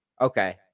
Okay